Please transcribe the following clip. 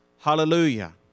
Hallelujah